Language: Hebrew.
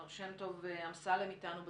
מר שם טוב אמסלם איתנו בזום.